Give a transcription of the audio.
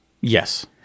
Yes